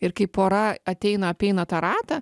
ir kai pora ateina apeina tą ratą